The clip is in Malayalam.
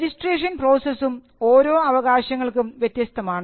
രജിസ്ട്രേഷൻ പ്രോസസും ഒരോ അവകാശങ്ങൾക്കും വ്യത്യസ്തമാണ്